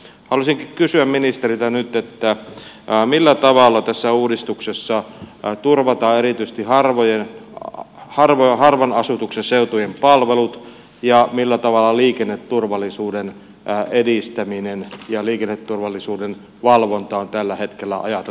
haluaisinkin kysyä ministeriltä nyt millä tavalla tässä uudistuksessa turvataan erityisesti harvaan asuttujen seutujen palvelut ja millä tavalla liikenneturvallisuuden edistäminen ja liikenneturvallisuuden valvonta on tällä hetkellä ajateltu turvattavan